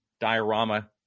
diorama